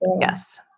Yes